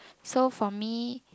so for me